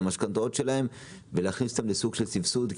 המשכנתאות שלהם ולהכניס אותם לסוג של סבסוד.